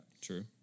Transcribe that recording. True